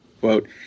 quote